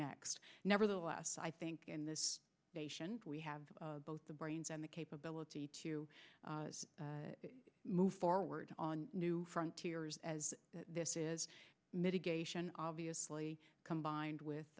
next nevertheless i think in this nation we have both the brains and the capability to move forward on new frontiers as this is mitigation obviously combined with